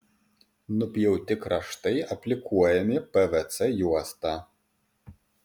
nupjauti kraštai apklijuojami pvc juosta